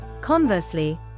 Conversely